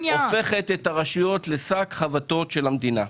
הופכת את הרשויות לשק חבטות של המדינה.